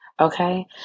okay